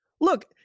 look